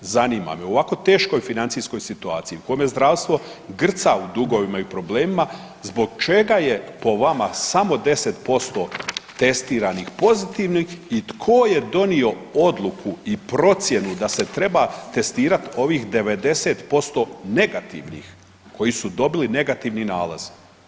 Zanima me u ovako teškoj financijskoj situaciji u kome zdravstvo grca u dugovima i problemima zbog čega je po vama samo 10% testiranih pozitivnih i tko je donio odluku i procjenu da se treba testirati ovih 90% negativnih koji su dobili negativni nalaz.